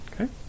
Okay